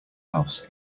house